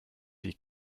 die